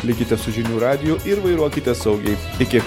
likite su žinių radiju ir vairuokite saugiai iki